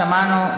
שמענו.